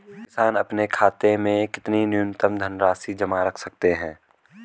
किसान अपने खाते में कितनी न्यूनतम धनराशि जमा रख सकते हैं?